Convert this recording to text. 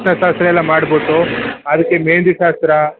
ಅರಿಶ್ನ ಶಾಸ್ತ್ರ ಎಲ್ಲ ಮಾಡ್ಬಿಟ್ಟು ಅದಕ್ಕೆ ಮೆಹಂದಿ ಶಾಸ್ತ್ರ